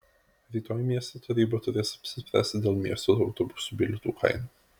rytoj miesto taryba turės apsispręsti dėl miesto autobusų bilietų kainų